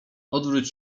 odwróć